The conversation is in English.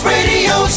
Radio